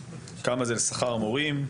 כמה זה לשכר הבעלויות,